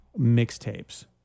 mixtapes